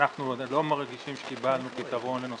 ואנחנו לא מרגישים שקיבלנו לנושא